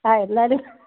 ആ എന്നാൽ